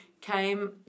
came